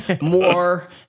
more